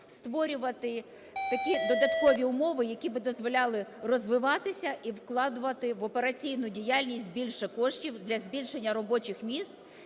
створювати такі додаткові умови, які би дозволяли розвиватися і вкладувати в операційну діяльність більше коштів для збільшення робочих місць